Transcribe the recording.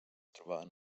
trobaven